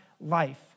life